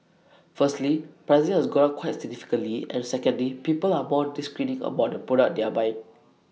firstly pricing has gone up quite significantly and secondly people are more discerning about the product they are buying